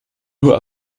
nur